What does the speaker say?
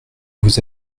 vous